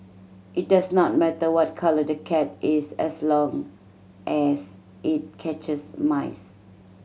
it does not matter what colour the cat is as long as it catches mice